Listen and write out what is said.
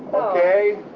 ok